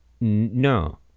no